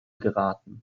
geraten